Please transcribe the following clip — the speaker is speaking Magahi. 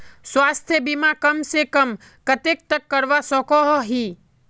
स्वास्थ्य बीमा कम से कम कतेक तक करवा सकोहो ही?